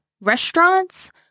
restaurants